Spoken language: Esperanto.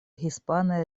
hispanaj